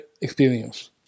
experience